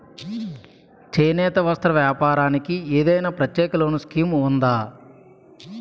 చేనేత వస్త్ర వ్యాపారానికి ఏదైనా ప్రత్యేక లోన్ స్కీం ఉందా?